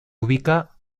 ubica